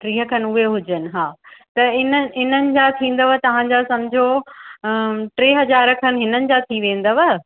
टीह खनि उहे हुजनि हा त इन इन्हनि जा थींदव तव्हांजा सम्झो टे हज़ार खनि हिननि जा थी वेंदव